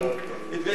יתגייסו?